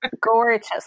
gorgeous